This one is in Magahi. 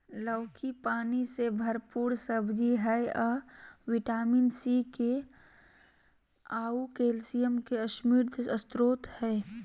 लौकी पानी से भरपूर सब्जी हइ अ विटामिन सी, के आऊ कैल्शियम के समृद्ध स्रोत हइ